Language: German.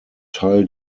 teil